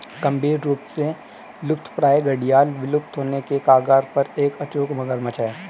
गंभीर रूप से लुप्तप्राय घड़ियाल विलुप्त होने के कगार पर एक अचूक मगरमच्छ है